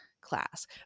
class